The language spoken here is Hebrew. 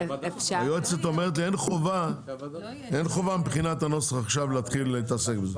היועצת אומרת לי שאין חובה מבחינת הנוסח עכשיו להתחיל להתעסק בזה.